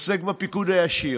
עוסק בפיקוד הישיר.